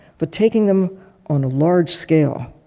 but taking them on a large scale,